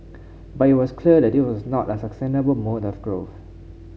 but it was clear that this was not a sustainable mode of growth